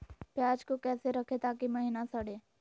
प्याज को कैसे रखे ताकि महिना सड़े?